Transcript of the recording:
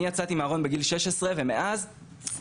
אני יצאתי מהארון בגיל 16 ומאז סבלתי.